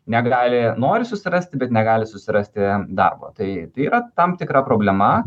negali nori susirasti bet negali susirasti darbo tai yra tam tikra problema